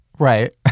Right